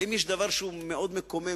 ואם יש דבר שהוא מאוד מקומם,